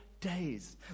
days